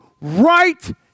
right